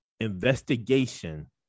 investigation